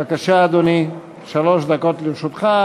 בבקשה, אדוני, שלוש דקות לרשותך.